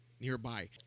nearby